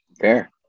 Fair